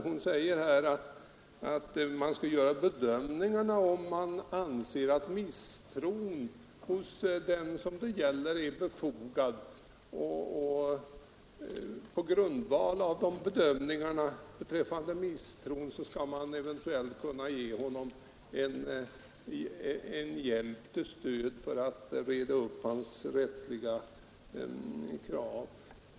Hon säger att om man anser att misstron hos den det gäller är befogad skall man på grundval därav bedöma om vederbörande skall få hjälp i sina rättsliga krav.